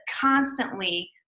constantly